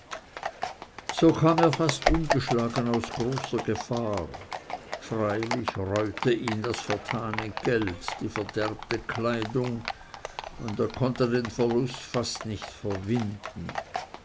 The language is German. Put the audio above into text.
so kam er fast ungeschlagen aus großer gefahr freilich reute ihn das vertane geld die verderbte kleidung und er konnte den verlust fast nicht verwinden